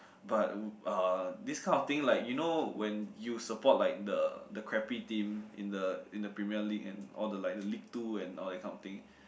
but w~ ah this kind of thing like you know when you support like the the crappy team in the in the Premier League and all the like the league two and all that kind of thing